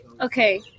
okay